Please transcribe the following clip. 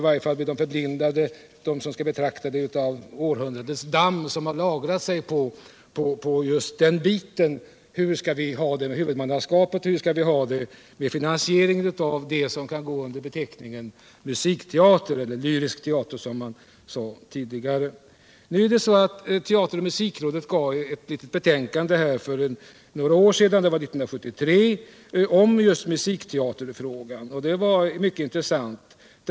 I varje fall blev de som skulle betrakta det förblindade av det damm som under århundradena lagrat sig just på den frågan: Hur skall vi ha det med huvudmannaskapet och finansieringen av det som kan gå under beteckningen musikteater eller lyrisk teater? Teater och musikrådet avgav 1973 ett betänkande om just musikteaterfrågan. Det var mycket intressant.